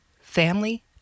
Family